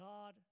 God